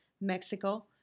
Mexico